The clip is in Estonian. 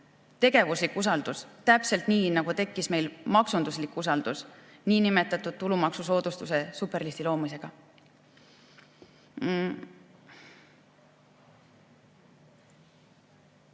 tegevuslik usaldus, täpselt nii nagu tekkis meil maksunduslik usaldus niinimetatud tulumaksusoodustuse superlisti loomisega.